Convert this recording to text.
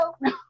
No